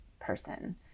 person